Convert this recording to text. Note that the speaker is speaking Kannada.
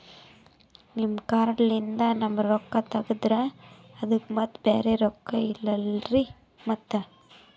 ನಿಮ್ ಕಾರ್ಡ್ ಲಿಂದ ನಮ್ ರೊಕ್ಕ ತಗದ್ರ ಅದಕ್ಕ ಮತ್ತ ಬ್ಯಾರೆ ರೊಕ್ಕ ಇಲ್ಲಲ್ರಿ ಮತ್ತ?